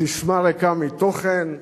ססמה ריקה מתוכן,